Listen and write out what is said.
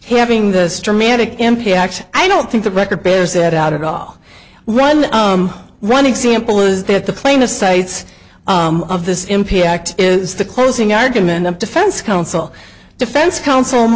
having the dramatic impact i don't think the record bears that out at all run run example is that the claim of sights of this impact is the closing argument of defense counsel defense counsel